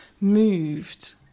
moved